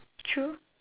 true